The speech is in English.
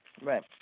Right